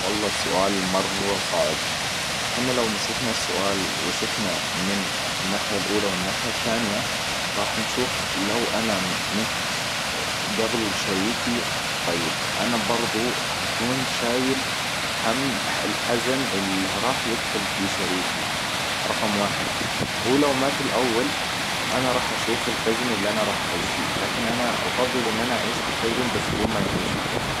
والله سؤال مرة صعب. حنا لو مسكنا السؤال وشفنا من الناحية الأولى والناحية الثانية راح نشوف لو أنا مت اه قبل شريكي. طيب انا برضو هكون شايل هم الحزن اللي راح يدخل في شريكي رقم واحد. هو لو مات الأول انا راح اشوف الحزن اللي انا راح اعيش فيه. لكن أنا أفضل إن أنا أعيش في حزن بس هو ما يعيش في حزن